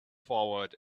forward